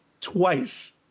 twice